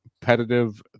competitive